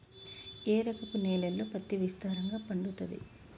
ఏ రకపు నేలల్లో పత్తి విస్తారంగా పండుతది?